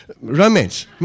romance